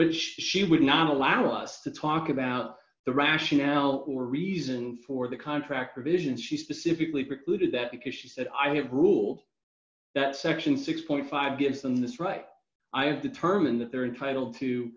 but she would not allow us to talk about the rationale or reasons for the contract or vision she specifically precluded that because she said i have ruled that section six point five gives them this right i have determined that they're entitled